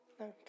Okay